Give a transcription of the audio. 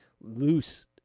loose